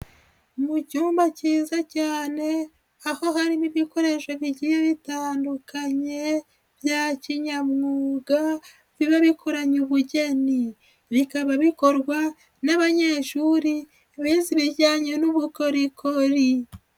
Mu cyumba cyiza cyane, aho harimo ibikoresho bigiye bitandukanye bya kinyamwuga biba bikoranye ubugeni, bikaba bikorwa n'abanyeshuri bize ibijyanye n'ubukorikori.